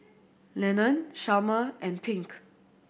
Lennon Chalmer and Pink